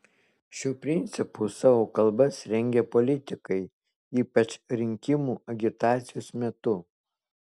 šiuo principu savo kalbas rengia politikai ypač rinkimų agitacijos metu